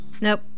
Nope